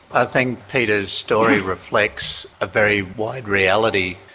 i think peter's story reflects a very wide reality.